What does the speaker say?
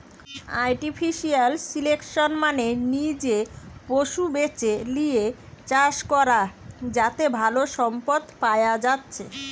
artificial selection মানে নিজে পশু বেছে লিয়ে চাষ করা যাতে ভালো সম্পদ পায়া যাচ্ছে